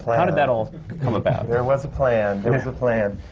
how did that all come about? there was a plan! there was a plan,